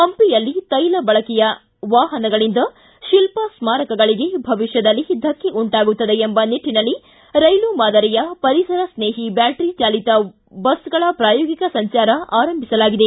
ಹಂಪಿಯಲ್ಲಿ ತೈಲ ಬಳಕೆಯ ವಾಹನಗಳಿಂದ ಶಿಲ್ಪ ಸ್ಮಾರಕಗಳಿಗೆ ಭವಿಷ್ಕದಲ್ಲಿ ಧಕ್ಕೆ ಉಂಟಾಗುತ್ತದೆ ಎಂಬ ನಿಟ್ಟಿನಲ್ಲಿ ರೈಲು ಮಾದರಿಯ ಪರಿಸರ ಸ್ನೇಹಿ ಬ್ಯಾಟರಿ ಜಾಲಿತ ಬಸ್ಗಳ ಪ್ರಾಯೋಗಿಕ ಸಂಚಾರ ಆರಂಭಿಸಲಾಗಿದೆ